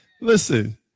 listen